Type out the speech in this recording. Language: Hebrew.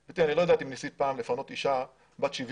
גברתי, אני לא יודע אם ניסית פעם לפנות אישה בת 70